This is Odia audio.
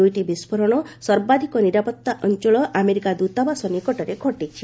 ଦୁଇଟି ବିସ୍ଫୋରଣ ସର୍ବାଧିକ ନିରାପତ୍ତା ଅଞ୍ଚଳ ଆମେରିକା ଦତାବାସ ନିକଟରେ ଘଟିଛି